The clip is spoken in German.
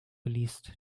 geleast